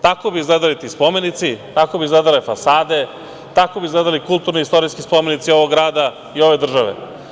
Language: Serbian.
Tako bi izgledali ti spomenici, tako bi izgledale fasade, tako bi izgledali kulturno-istorijski spomenici ovog grada i ove države.